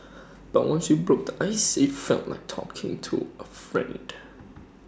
but once we broke the ice IT felt like talking to A friend